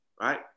right